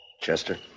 Chester